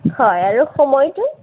হয় আৰু সময়টো